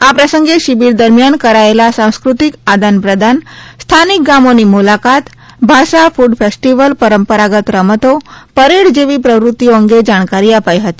આ પ્રસંગે શિબિર દરમિયાન કરાયેલા સાંસ્કૃતિક આદાન પ્રદાન સ્થાનિક ગામોની મુલાકાત ભાષા ફૂડ ફેસ્ટિવલ પરંપરાગત રમતો પરેડ જેવી પ્રવૃતિઓ અંગે જાણકારી અપાઈ હતી